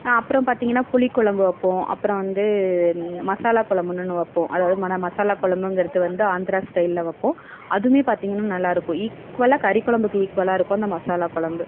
அப்பறம் பார்த்திங்கன்னா புளி கொழம்பு வைப்போம் அப்பறம் வந்து மசாலா கொழம்புன் ஒன்று வைப்போம் அதாவது மன மசாலா கொழம்புங்கறது வந்து ஆந்திரா ஸ்டைலில் வைப்போம் அதுவுமே பார்த்திங்கனா நல்லா இருக்கும் ஈக்குவலாக கறி கொழம்புக்கு ஈக்குவலாக இருக்கும் அந்த மசாலா கொழம்பு